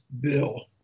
bill